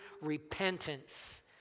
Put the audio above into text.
repentance